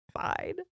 fine